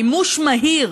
מימוש מהיר